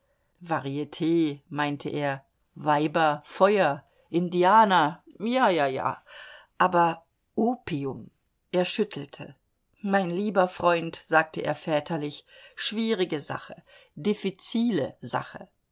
variet meinte er weiber feuer indianer ja ja ja aber opium er schüttelte mein lieber freund sagte er väterlich schwierige sache diffizile sache